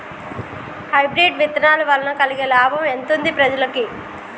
Hybrid విత్తనాల వలన కలిగే లాభం ఎంతుంది ప్రజలకి?